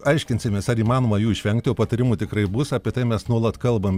aiškinsimės ar įmanoma jų išvengti o patarimų tikrai bus apie tai mes nuolat kalbam